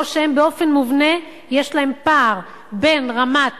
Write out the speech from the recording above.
או שבאופן מובנה יש אצלם פער בין רמת